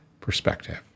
perspective